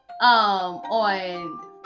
on